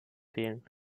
fehlen